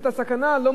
לא מוכנים לבטח.